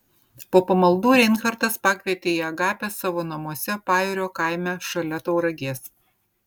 po pamaldų reinhartas pakvietė į agapę savo namuose pajūrio kaime šalia tauragės